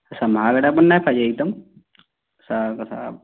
तसा महागडा पण नाही पाहिजे एकदम असा कसा